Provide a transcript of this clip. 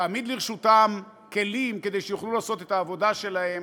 תעמיד לרשותם כלים כדי שיוכלו לעשות את העבודה שלהם,